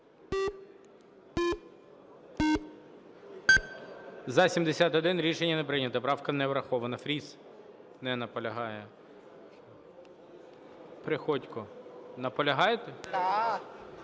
За-71 Рішення не прийнято. Правка не врахована. Фріс. Не наполягає. Приходько. Наполягаєте?